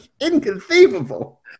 Inconceivable